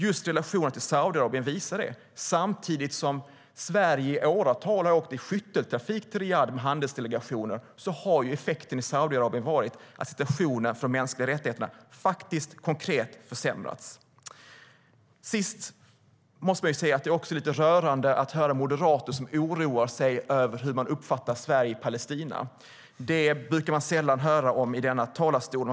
Just relationerna till Saudiarabien visar att samtidigt som Sverige i åratal har åkt i skytteltrafik till Riyadh med handelsdelegationer har effekten i Saudiarabien varit att situationen för de mänskliga rättigheterna faktiskt konkret har försämrats. Sist måste jag säga att det är lite rörande att höra moderater som oroar sig över hur Sverige uppfattas i Palestina. Det brukar vi sällan höra om i denna talarstol.